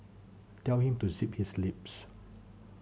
tell him to zip his lips